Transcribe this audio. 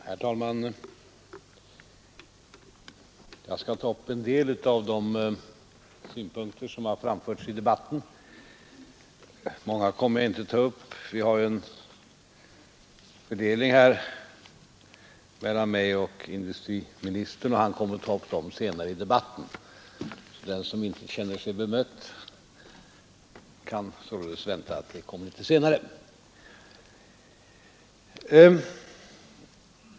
Herr talman! Jag skall ta upp en del av de synpunkter som har framförts i debatten. Industriministern och jag har en uppdelning mellan oss, och han kommer att ta upp andra synpunkter senare, så den som inte känner sig bemött kan vänta att det kommer litet senare.